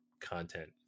content